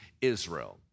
Israel